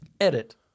Edit